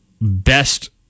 best